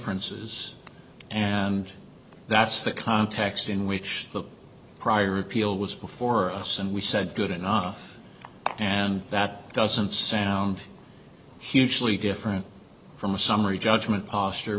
inferences and that's the context in which the prior appeal was before us and we said good enough and that doesn't sound hugely different from a summary judgment posture